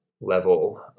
level